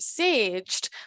saged